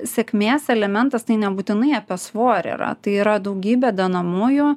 sėkmės elementas tai nebūtinai apie svorį yra tai yra daugybė dedamųjų